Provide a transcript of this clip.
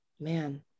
man